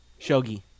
Shogi